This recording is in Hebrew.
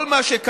אבל זה לא